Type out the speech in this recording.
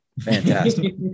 Fantastic